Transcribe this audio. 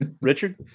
Richard